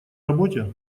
работе